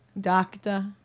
doctor